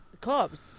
Cops